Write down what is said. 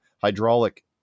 hydraulic